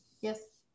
Yes